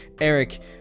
eric